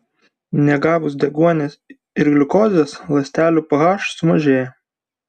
negavus deguonies ir gliukozės ląstelių ph sumažėja